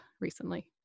recently